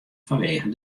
fanwegen